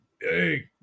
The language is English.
hey